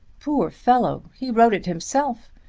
poor fellow he wrote it himself.